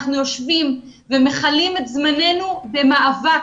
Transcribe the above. אנחנו יושבים ומכלים את זמננו במאבק,